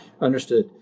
Understood